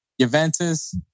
Juventus